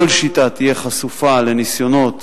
כל שיטה תהיה חשופה לניסיונות